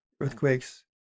earthquakes